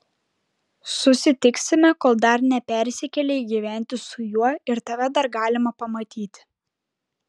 susitiksime kol dar nepersikėlei gyventi su juo ir tave dar galima pamatyti